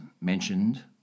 mentioned